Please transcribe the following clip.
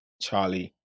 Charlie